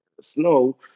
snow